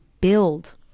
build